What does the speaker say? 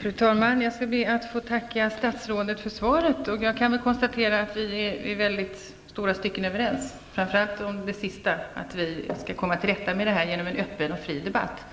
Fru talman! Jag skall be att få tacka statsrådet för svaret. Jag kan konstatera att vi i väldigt långa stycken är överens, framför allt om det sista som nämndes i svaret, att vi skall komma till rätta med det här genom en öppen och fri debatt.